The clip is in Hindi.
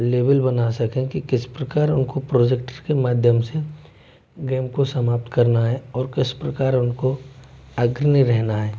लेवल बना सकें कि किस प्रकार उनको प्रोजेक्टर के माध्यम से गेम को समाप्त करना है और किस प्रकार उनको आग्रणीय रहना है